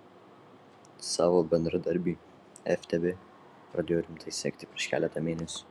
savo bendradarbį ftb pradėjo rimtai sekti prieš keletą mėnesių